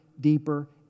deeper